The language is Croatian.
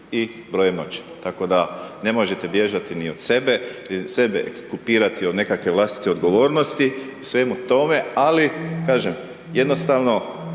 i brojem noćenja. Tako da ne možete bježati ni od sebe, sebe ekskulpirati od nekakve vlastite odgovornosti u svemu tome ali kažem jednostavno